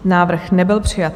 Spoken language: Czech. Návrh nebyl přijat.